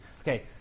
Okay